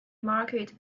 market